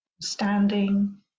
standing